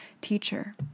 teacher